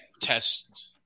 test